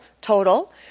total